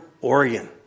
Oregon